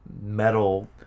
metal